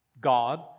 God